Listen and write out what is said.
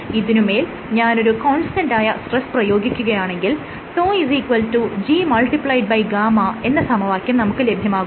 ഇതിനുമേൽ ഞാൻ ഒരു കോൺസ്റ്റന്റായ സ്ട്രെസ് പ്രയോഗിക്കുകയാണെങ്കിൽ τ Gγ എന്ന സമവാക്യം നമുക്ക് ലഭ്യമാകുന്നു